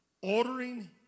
ordering